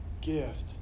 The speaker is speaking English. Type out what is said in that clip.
gift